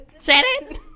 Shannon